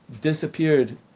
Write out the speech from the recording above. disappeared